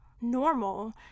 normal